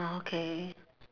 ah okay